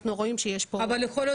אנחנו רואים שיש --- אבל יכול להיות